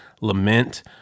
lament